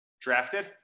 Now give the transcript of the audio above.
Drafted